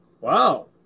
Wow